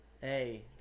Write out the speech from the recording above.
hey